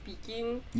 speaking